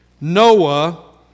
Noah